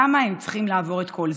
למה הם צריכים לעבור את כל זה?